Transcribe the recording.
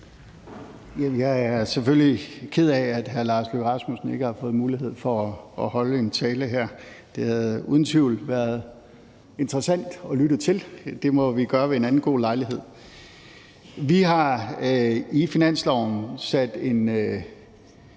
Jeg er selvfølgelig ked af, at hr. Lars Løkke Rasmussen ikke har fået mulighed for at holde en tale. Det havde uden tvivl været interessant at lytte til den. Det må vi gøre ved en anden god lejlighed. Vi har i finanslovsforslaget